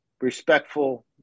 respectful